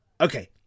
Okay